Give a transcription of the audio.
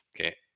okay